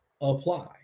apply